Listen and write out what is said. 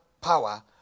power